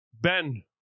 Ben